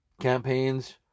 campaigns